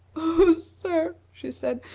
oh, sir, she said,